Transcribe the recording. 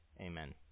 Amen